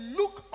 look